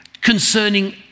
Concerning